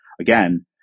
again